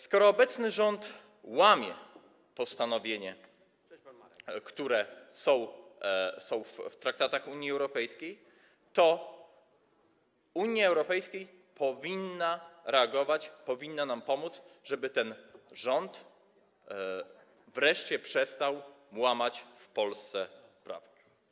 Skoro obecny rząd łamie postanowienia, które są w traktatach Unii Europejskiej, to Unia Europejska powinna reagować, powinna nam pomóc, żeby ten rząd wreszcie przestał łamać w Polsce prawo.